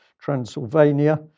Transylvania